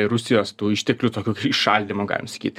rusijos tų išteklių tokio įšaldymo galim sakyt